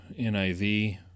NIV